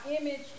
image